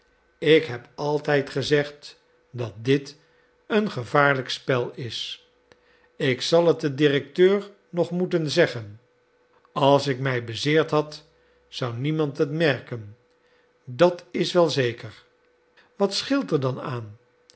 ik heb altijd gezegd dat dit een gevaarlijk spel is ik zal het den directeur nog moeten zeggen als ik mij bezeerd had zou niemand het merken dat is wel zeker wat scheelt er dan aan